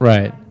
Right